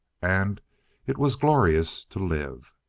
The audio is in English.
and it was glorious to live!